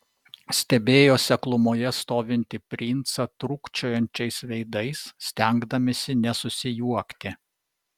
stebėjo seklumoje stovintį princą trūkčiojančiais veidais stengdamiesi nesusijuokti